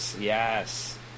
Yes